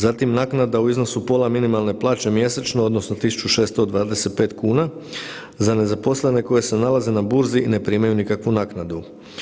Zatim naknada u iznosu pola minimalne plaće mjesečno odnosno 1.625 kuna za nezaposlene koji se nalaze na burzi i ne primaju nikakvu naknadu.